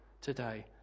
today